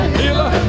healer